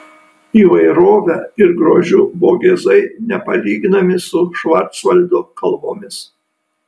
įvairove ir grožiu vogėzai nepalyginami su švarcvaldo kalvomis